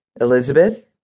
Elizabeth